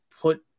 put